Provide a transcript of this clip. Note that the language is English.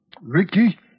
Ricky